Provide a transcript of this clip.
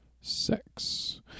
sex